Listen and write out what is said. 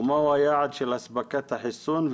ומהו היעד של אספקת החיסון?